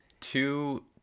two